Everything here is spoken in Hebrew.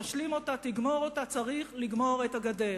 תשלים אותה, תגמור אותה, צריך לגמור את הגדר.